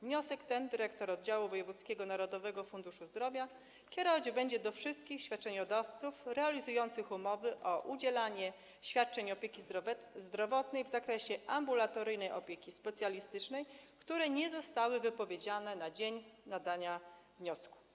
Wniosek ten dyrektor oddziału wojewódzkiego Narodowego Funduszu Zdrowia kierować będzie do wszystkich świadczeniodawców realizujących umowy o udzielanie świadczeń opieki zdrowotnej w zakresie ambulatoryjnej opieki specjalistycznej, które nie zostały wypowiedziane na dzień złożenia wniosku.